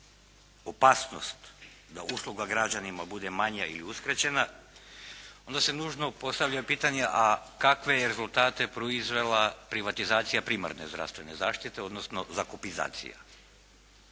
opasnost da usluga građanima bude manja ili uskraćena onda se nužno postavlja pitanje, a kakve je rezultate proizvela privatizacija primarne zdravstvene zaštite odnosno zakupizacija.